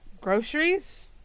groceries